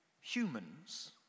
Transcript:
humans